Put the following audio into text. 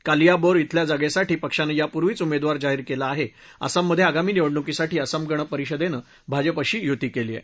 कालियाबोर इथल्या जागेसाठी पक्षानं यापूर्वीच उमेदवार जाहीर केला आहे आसाममधे आगामी निवडणुकीसाठी आसाम गण परिषदेनं भाजपाशी युती केली आहे